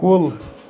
کُل